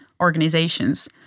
organizations